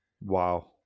Wow